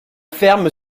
ferme